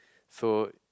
so